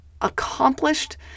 accomplished